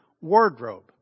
wardrobe